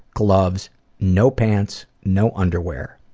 gloves no pants no underwear.